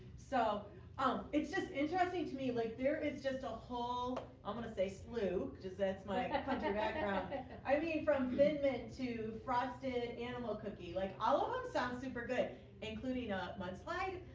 so um it's just interesting to me like there is just a whole i'm gonna say slew just that's my country background and i mean from thin mint to frosted animal cookie. like all of them sounds super good including ah a mudslide.